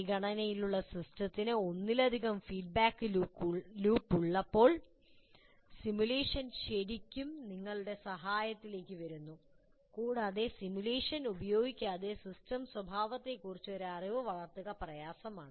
പരിഗണനയിലുള്ള സിസ്റ്റത്തിന് ഒന്നിലധികം ഫീഡ്ബാക്ക് ലൂപ്പുകൾ ഉള്ളപ്പോൾ സിമുലേഷൻ ശരിക്കും നിങ്ങളുടെ സഹായത്തിലേക്ക് വരുന്നു കൂടാതെ സിമുലേഷൻ ഉപയോഗിക്കാതെ സിസ്റ്റം സ്വഭാവത്തെക്കുറിച്ച് ഒരു അറിവ് വളർത്തുക പ്രയാസമാണ്